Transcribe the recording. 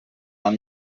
amb